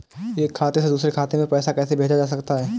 एक खाते से दूसरे खाते में पैसा कैसे भेजा जा सकता है?